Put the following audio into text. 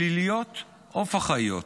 פליליות או פח"עיות.